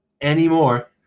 anymore